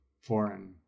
foreign